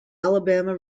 alabama